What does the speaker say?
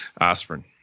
aspirin